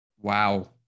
Wow